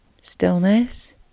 stillness